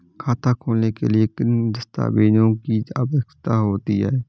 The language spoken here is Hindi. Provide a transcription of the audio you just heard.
खाता खोलने के लिए किन दस्तावेजों की आवश्यकता होती है?